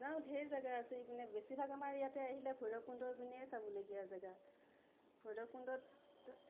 যাওঁ ঢেৰ জেগা আছে এইপিনে বেছিভাগ আমাৰ ইয়াতে আহিলে ভৈৰৱকুণ্ডৰ পিনেই চাবলগীয়া জেগা ভৈৰৱকুণ্ডত